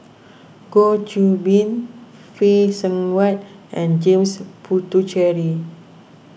Goh Qiu Bin Phay Seng Whatt and James Puthucheary